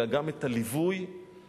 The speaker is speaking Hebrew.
אלא גם את הליווי הטיפולי,